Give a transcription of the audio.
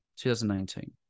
2019